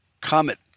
Comet